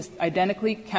identically